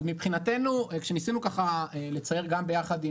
אז מבחינתנו כשניסינו לצרף גם ביחד,